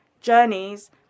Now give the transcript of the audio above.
journeys